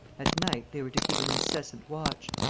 at night, they were to keep an incessant watch.